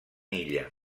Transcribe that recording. illa